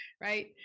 right